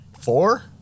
four